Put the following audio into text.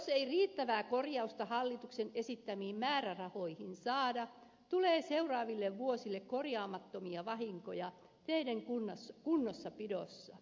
jos ei riittävää korjausta hallituksen esittämiin määrärahoihin saada tulee seuraaville vuosille korjaamattomia vahinkoja teiden kunnossapidossa